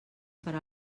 per